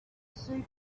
super